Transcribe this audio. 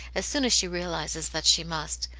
as soon as she realizes that she must.